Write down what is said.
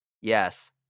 Yes